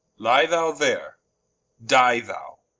lye thou there dye thou,